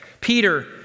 Peter